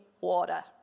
water